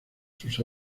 sus